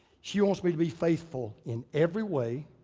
she wants me to be faithful in every way,